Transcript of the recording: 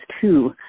two